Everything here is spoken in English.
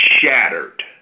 shattered